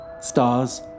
stars